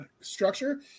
structure